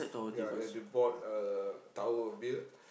ya and they bought a tower of beer